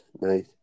nice